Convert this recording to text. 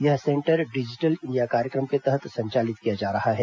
यह centre digital India कार्यक्रम के तहत संचालित किया जा रहा है